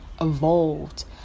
evolved